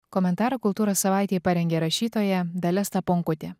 komentarą kultūros savaitei parengė rašytoja dalia staponkutė